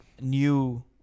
new